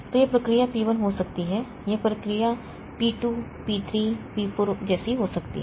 तो यह प्रक्रिया P 1 हो सकती है यह प्रक्रिया P 2 P 3 P 4 जैसी हो सकती है